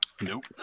Nope